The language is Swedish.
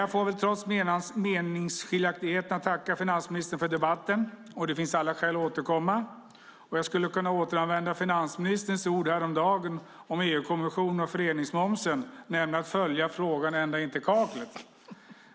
Jag får trots meningsskiljaktigheterna tacka finansministern för debatten. Det finns alla skäl att återkomma. Jag skulle kunna återanvända finansministerns ord häromdagen om EU-kommissionen och föreningsmomsen, nämligen att följa frågan ända in i kaklet.